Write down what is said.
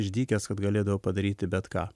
išdykęs kad galėdavo padaryti bet ką